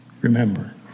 Remember